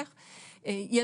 היא